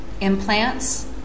implants